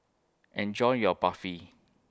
Enjoy your Barfi